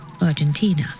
Argentina